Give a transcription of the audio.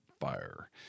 fire